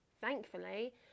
thankfully